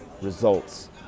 Results